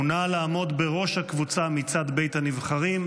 מונה לעמוד בראש הקבוצה מצד בית הנבחרים.